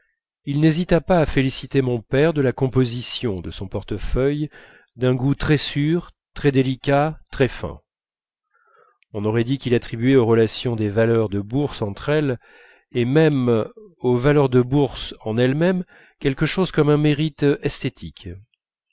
il n'hésita pas à féliciter mon père de la composition de son portefeuille d'un goût très sûr très délicat très fin on aurait dit qu'il attribuait aux relations des valeurs de bourse entre elles et même aux valeurs de bourse en elles-mêmes quelque chose comme un mérite esthétique